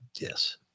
Yes